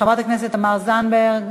חברת הכנסת תמר זנדברג,